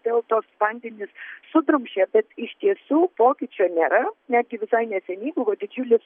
vėl tuos vandenis sudrumsčia bet iš tiesų pokyčio nėra netgi visai neseniai buvo didžiulis